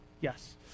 Yes